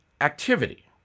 activity